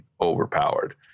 overpowered